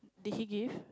did he give